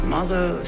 Mother